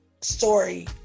story